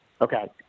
Okay